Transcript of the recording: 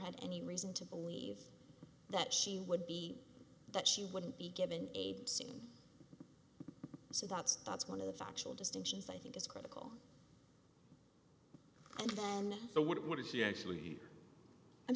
had any reason to believe that she would be that she wouldn't be given aid soon so that's one of the factual distinctions i think is critical and then the what if she actually i'm